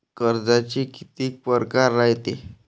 कर्जाचे कितीक परकार रायते?